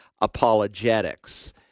apologetics